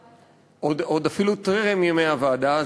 עוד אפילו טרם ימי הוועדה.